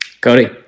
Cody